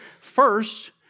First